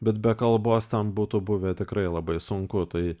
bet be kalbos ten būtų buvę tikrai labai sunku tai